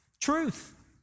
truth